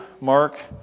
Mark